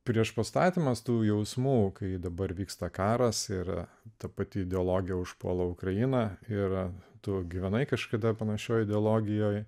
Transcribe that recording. prieš pastatymas tų jausmų kai dabar vyksta karas yra ta pati ideologija užpuola ukrainą ir tu gyvenai kažkada panašioje ideologijoje